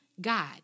God